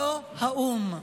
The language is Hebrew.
לא האו"ם.